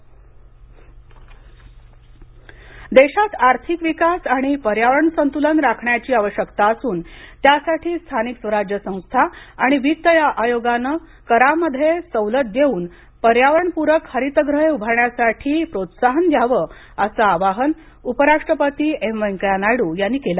उपराष्ट्रपती देशात आर्थिक विकास आणि पर्यावरण संतुलन राखण्याची आवश्यकता असून त्यासाठी स्थानिक स्वराज्य संस्था आणि वित्त आयोगाने करांमध्ये सवलत देऊन पर्यावरण पूरक हरित घरे उभारण्यासाठी प्रोत्साहन द्यावं असं आवाहन उपराष्ट्रपती एम व्यंकय्या नायडू यांनी केलं